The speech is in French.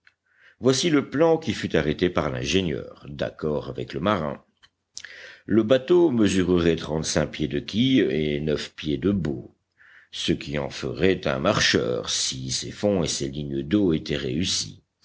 voici le plan qui fut arrêté par l'ingénieur d'accord avec le marin le bateau mesurerait trente-cinq pieds de quille et neuf pieds de bau ce qui en ferait un marcheur si ses fonds et ses lignes d'eau étaient réussis